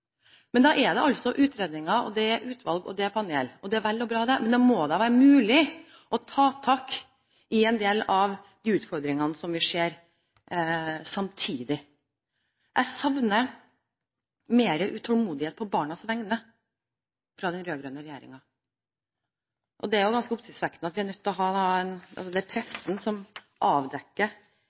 da er det altså utredninger, utvalg og paneler, og det er vel og bra, men det må da være mulig å ta tak i en del av de utfordringene som vi ser, samtidig. Jeg savner mer utålmodighet på barnas vegne fra den rød-grønne regjeringen. Det er jo ganske oppsiktsvekkende at det er pressen som avdekker hvor alvorlig det står til, og som bringer fram tall og statistikk som